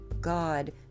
God